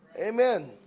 Amen